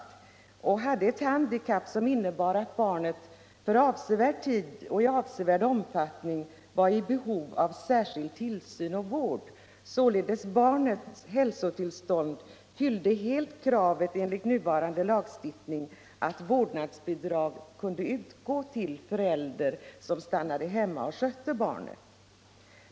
Barnet föddes gravt handikappat och var för avsevärd tid och avsevärd omfattning i behov av särskild tillsyn och vård. Barnets hälsotillstånd fyllde således helt kravet enligt nuvarande lagstiftning för att vårdbidrag kunde utgå till förälder som stannar hemma och sköter barnet.